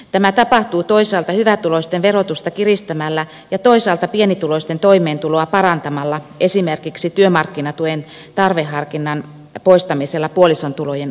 tämä tapahtuu toisaalta hyvätuloisten verotusta kiristämällä ja toisaalta pienituloisten toimeentuloa parantamalla esimerkiksi työmarkkinatuen tarveharkinnan poistamisella puolison tulojen osalta